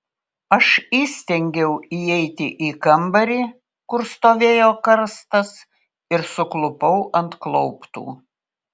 aš įstengiau įeiti į kambarį kur stovėjo karstas ir suklupau ant klauptų